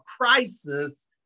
crisis